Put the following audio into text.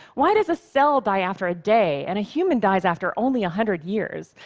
why does a cell die after a day and a human dies after only a hundred years?